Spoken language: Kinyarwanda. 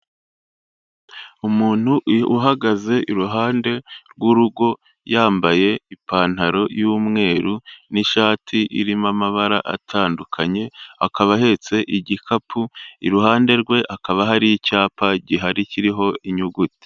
Umuntu uhagaze iruhande rw'urugo yambaye ipantaro y'umweru n'ishati irimo amabara atandukanye, akaba ahetse igikapu iruhande rwe hakaba hari icyapa gihari kiriho inyuguti.